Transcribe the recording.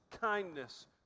kindness